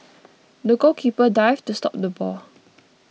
the goalkeeper dived to stop the ball